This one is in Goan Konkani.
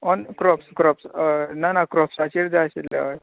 ओन क्रोप्स क्रोप्स हय ना ना क्रोप्साचेर जाय आशिल्लें हय